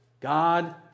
God